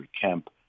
Kemp